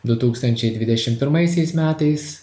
du tūkstančiai dvidešim pirmaisiais metais